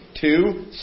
Two